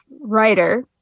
writer